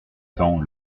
temps